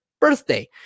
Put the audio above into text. birthday